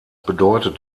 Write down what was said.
bedeutet